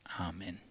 Amen